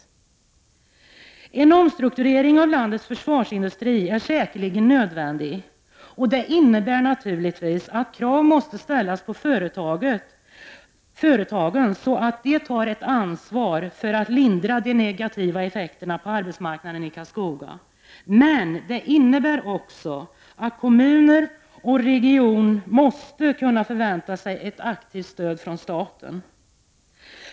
En omstrukturering av landets försvarsindustri är säkerligen nödvändig. Detta innebär naturligtvis att krav måste ställas på Nobelföretagen, att dessa tar ett ansvar för att lindra de negativa effekterna på arbetsmarknaden i Karlskoga. Men det innebär också att både kommunerna och regionen måste kunna förvänta sig ett aktivt stöd från staten.